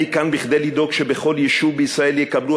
אני כאן כדי לדאוג שבכל יישוב בישראל יקבלו